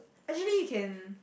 actually you can